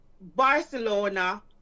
Barcelona